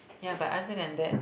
yeah but other than that